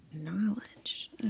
knowledge